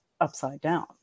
upside-down